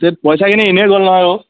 ধেত পইচখিনি এই গ'ল নহয় অ'